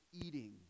eating